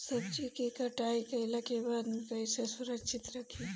सब्जी क कटाई कईला के बाद में कईसे सुरक्षित रखीं?